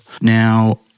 Now